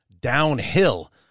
downhill